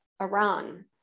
Iran